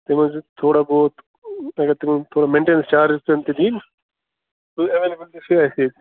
تَمہِ مٔزیٖد تھوڑا بہت اگر تِمَن تھوڑا میٚنٹیٚنَنٕس چارجِز پٮ۪ن تہِ دِنۍ ایٚویلیبُل تہِ چھِ اَسہِ ییٚتہِ